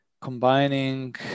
combining